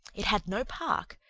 it had no park,